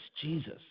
Jesus